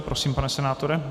Prosím, pane senátore.